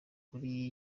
kuri